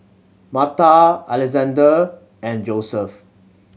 Marta Alexandre and Joseph